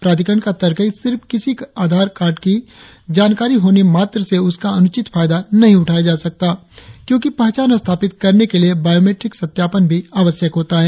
प्राधिकरण का तर्क है कि सिर्फ किसी के आधार कार्ड की जानकारी होने मात्र से उसका अनुचित फायदा नहीं उठाया जा सकता क्योंकि पहचान स्थापित करने के लिए बायोमीट्रिक सत्यापन भी आवश्यक होता है